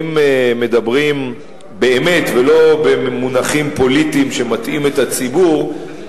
אם מדברים באמת ולא במונחים פוליטיים שמטעים את הציבור,